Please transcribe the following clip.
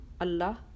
Allah